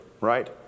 right